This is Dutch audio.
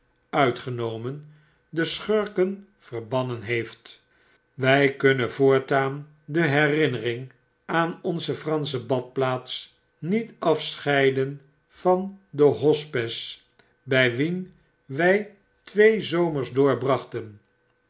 uitgenomen de schurken verbannen heeft wy kunnen voortaan de herinnering aan onze fransche badplaats niet afscheiden van den hospes bij wien wy twee zomers